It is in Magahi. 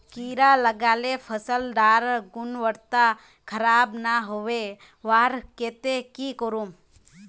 कीड़ा लगाले फसल डार गुणवत्ता खराब ना होबे वहार केते की करूम?